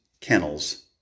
kennels